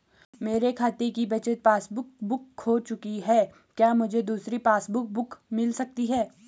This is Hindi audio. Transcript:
मेरे खाते की बचत पासबुक बुक खो चुकी है क्या मुझे दूसरी पासबुक बुक मिल सकती है?